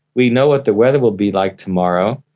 we know what the weather will be like tomorrow,